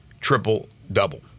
triple-double